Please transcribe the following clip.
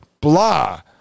blah